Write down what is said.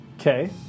Okay